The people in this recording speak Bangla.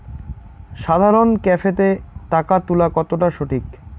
সাধারণ ক্যাফেতে টাকা তুলা কতটা সঠিক?